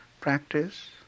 practice